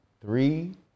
Three